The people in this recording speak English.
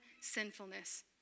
sinfulness